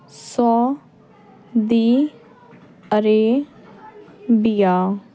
Saudi Arabia